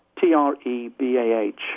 T-R-E-B-A-H